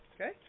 Okay